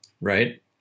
right